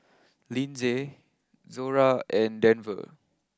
Lindsey Zora and Denver